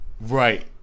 Right